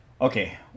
Okay